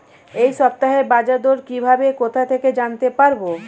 এই সপ্তাহের বাজারদর কিভাবে কোথা থেকে জানতে পারবো?